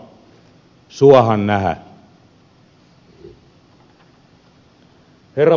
herra puhemies